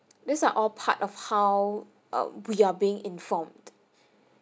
these are all part of how uh we are being informed